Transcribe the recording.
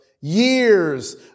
Years